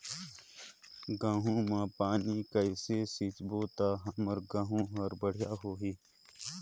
गहूं म पानी कइसे सिंचबो ता हमर गहूं हर बढ़िया होही?